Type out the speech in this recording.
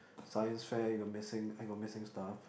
Science fair you got missing I got missing stuff